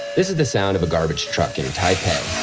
this is the sound of a garbage truck in taipei.